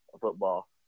football